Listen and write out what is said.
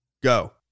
go